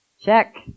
Check